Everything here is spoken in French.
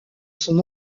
son